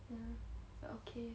ya but okay